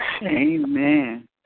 Amen